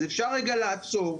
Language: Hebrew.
אפשר רגע לעצור,